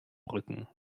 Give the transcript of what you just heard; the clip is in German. rücken